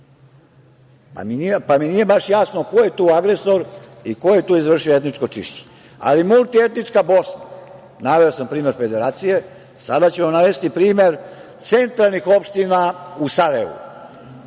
pa mi nije baš jasno ko je tu agresor i ko je tu izvršio etničko čišćenje. Ali, multietnička Bosna, naveo sam primer Federacije. Sada ću vam navesti primer centralnih opština u Sarajevu.